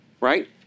right